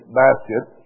basket